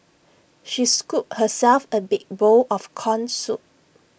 she scooped herself A big bowl of Corn Soup